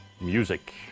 Music